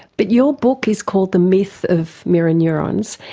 but your book is called the myth of mirror neurons,